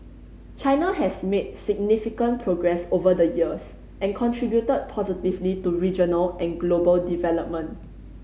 China has made significant progress over the years and contributed positively to regional and global development